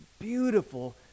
beautiful